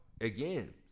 again